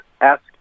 Ask